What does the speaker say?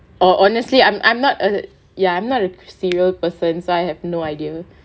oh honestly I'm I'm not a ya not a cereal person so I have no idea